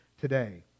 today